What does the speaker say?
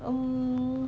um